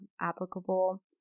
applicable